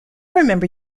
remember